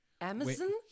Amazon